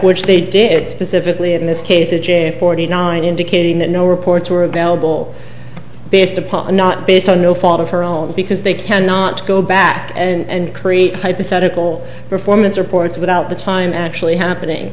which they did specifically in this case of forty nine indicating that no reports were available based upon not based on no fault of her own because they cannot go back and create hypothetical performance reports without the time actually happening